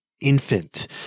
infant